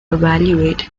evaluate